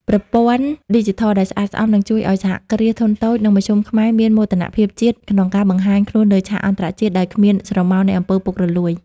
ប្រព័ន្ធឌីជីថលដែលស្អាតស្អំ នឹងជួយឱ្យ សហគ្រាសធុនតូច និងមធ្យម ខ្មែរមាន "មោទនភាពជាតិ" ក្នុងការបង្ហាញខ្លួនលើឆាកអន្តរជាតិដោយគ្មានស្រមោលនៃ អំពើពុករលួយ។